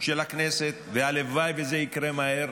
של הכנסת, והלוואי שזה יקרה מהר,